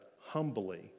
humbly